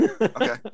Okay